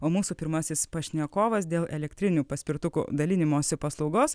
o mūsų pirmasis pašnekovas dėl elektrinių paspirtukų dalinimosi paslaugos